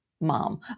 mom